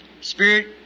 Spirit